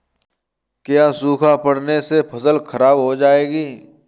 क्या सूखा पड़ने से फसल खराब हो जाएगी?